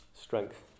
strength